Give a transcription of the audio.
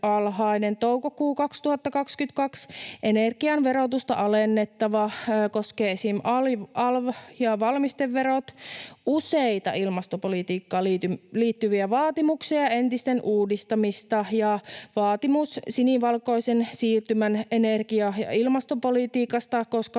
Toukokuu 2022: Energian verotusta alennettava. Esim. alv ja valmisteverot. Useita ilmastopolitiikkaan liittyviä vaatimuksia ja entisten uudistamista. Vaatimus sinivalkoisen siirtymän energia- ja ilmastopolitiikasta.